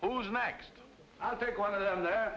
who's next i think one of them th